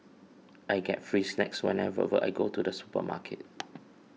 I get free snacks whenever I go to the supermarket